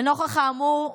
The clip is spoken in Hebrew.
לנוכח האמור,